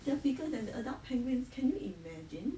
they are bigger than the adult penguins can you imagine